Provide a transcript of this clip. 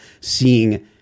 seeing